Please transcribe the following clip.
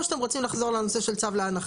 או שאתם רוצים לחזור לנושא של צו להנחה?